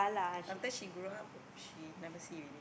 after she grow up she never see already